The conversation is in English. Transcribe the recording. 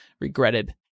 regretted